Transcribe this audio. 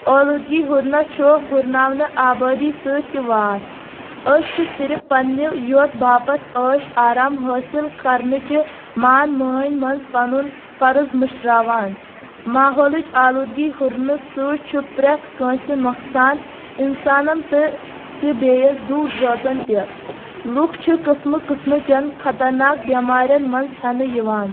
اولوٗدگی ہُرنس چھُ ہُرناونہٕ آبٲدی سۭتۍ تہِ واٹھ أسۍ چھِ صرف پنٛنہِ یوت باپتھ عٲش آرام حٲصِل کرنچہِ مان مٲنۍ منٛز پنُن فرض مٔشراوان ماحولٕچ آلوٗدگی ہُرنہٕ سۭتۍ چھُ پرٛٮ۪تھ کٲنٛسہِ نۄقصان انسانن تہٕ تہِ بیٚیہِ زُو زٲژن تہِ لُکھ چھِ قٕسمہٕ قٕسمہٕچٮ۪ن خطرناک بٮ۪مارٮ۪ن منٛز ہٮ۪نہٕ یِوان